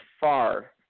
far